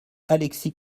alexis